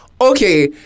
okay